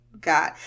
god